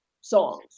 songs